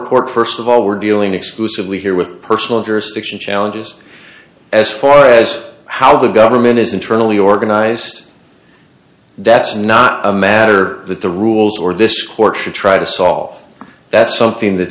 court st of all we're dealing exclusively here with personal jurisdiction challenges as far as how the government is internally organized that's not a matter that the rules or this court should try to solve that's something that